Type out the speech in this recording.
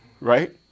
right